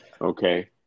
Okay